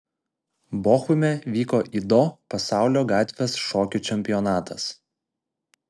bochume vyko ido pasaulio gatvės šokių čempionatas